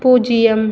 பூஜ்ஜியம்